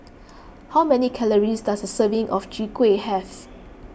how many calories does a serving of Chwee Kueh have